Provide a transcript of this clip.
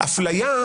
הפליה,